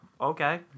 Okay